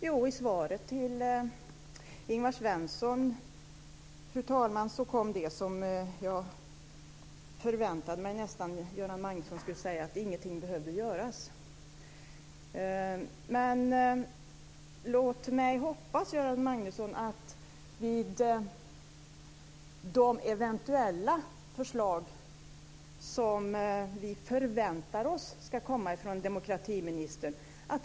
Jo, i svaret till Ingvar Svensson kom det som jag nästan förväntade mig att Göran Magnusson skulle säga, fru talman, nämligen att ingenting behöver göras. Låt mig hoppas att vi kommer att föra en reell diskussion om rejäla demokratiförslag vid de eventuella förslag som vi förväntar oss ska komma från demokratiministern.